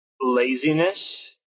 laziness